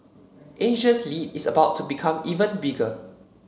Asia's lead is about to become even bigger